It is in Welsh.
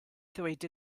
ddweud